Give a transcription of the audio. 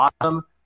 awesome